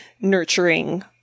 nurturing